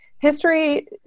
History